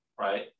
right